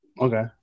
okay